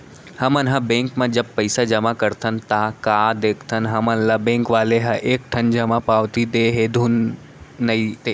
हमन ह बेंक म जब पइसा जमा करथन ता का देखथन हमन ल बेंक वाले ह एक ठन जमा पावती दे हे धुन नइ ते